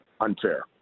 unfair